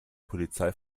polizei